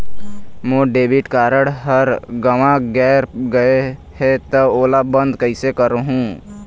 मोर debit card हर गंवा गैर गए हे त ओला बंद कइसे करहूं?